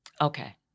Okay